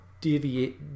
deviate